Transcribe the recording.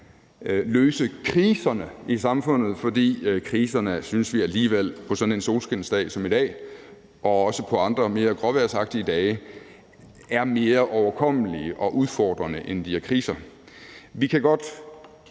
løse kriserne i samfundet, for kriserne synes vi alligevel på sådan en solskinsdag som i dag og også på andre mere gråvejrsagtige dage er mere overkommelige og udfordrende, end de er kriser.